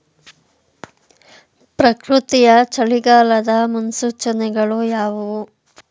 ಪ್ರಕೃತಿಯ ಚಳಿಗಾಲದ ಮುನ್ಸೂಚನೆಗಳು ಯಾವುವು?